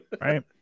Right